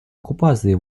оккупации